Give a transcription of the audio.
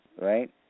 right